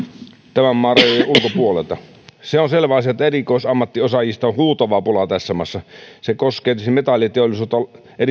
tämän maan rajojen ulkopuolelta se on selvä asia että erikoisammattiosaajista on huutava pula tässä maassa se koskee tietysti metalliteollisuutta